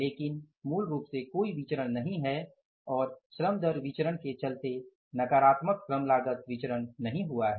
इसलिए मूल रूप से कोई विचरण नहीं है और श्रम दर विचरण के चलते नकारात्मक श्रम लागत विचरण नहीं हुआ है